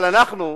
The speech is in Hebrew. אבל אנחנו היינו,